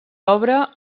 obra